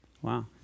Wow